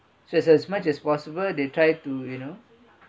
so as much as possible they try to you know